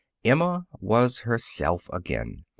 emma was herself again,